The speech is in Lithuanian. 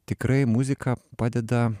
tikrai muzika padeda